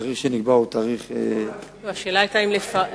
התאריך שנקבע הוא תאריך, השאלה היתה אם לפרק.